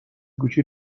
گوشی